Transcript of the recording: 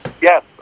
Yes